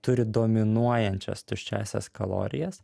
turi dominuojančias tuščiąsias kalorijas